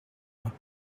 moi